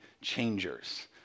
changers